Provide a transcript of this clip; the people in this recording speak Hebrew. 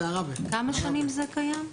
כמה שנים זה קיים?